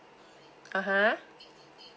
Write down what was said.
(uh huh)